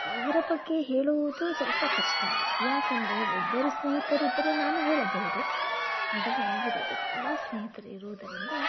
ಅವರ ಬಗ್ಗೆ ಹೇಳುವುದು ಸ್ವಲ್ಪ ಕಷ್ಟ ಯಾಕಂದರೆ ಒಬ್ಬರು ಸ್ನೇಹಿತರಿದ್ರೆ ನಾನು ಹೇಳಬಹುದು ಆದರೆ ನನಗೆ ಇರುವುದು ತುಂಬ ಸ್ನೇಹಿತರಿರುವುದರಿಂದ